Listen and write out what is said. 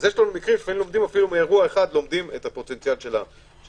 אז לפעמים מאירוע אחד לומדים את פוטנציאל ההדבקה.